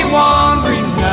wandering